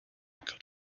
could